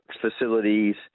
facilities